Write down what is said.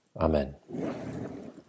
Amen